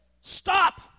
Stop